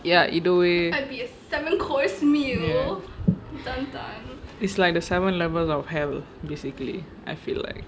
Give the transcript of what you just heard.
ya either way ya it's like the seven levels of hell basically I feel like